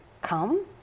come